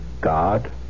God